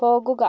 പോകുക